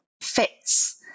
fits